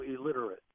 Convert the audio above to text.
illiterate